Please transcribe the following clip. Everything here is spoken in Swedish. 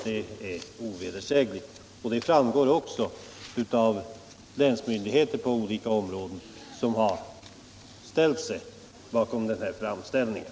Detta är ovedersägligt, och det framgår också av att flera länsmyndigheter har ställt sig bakom framställningen.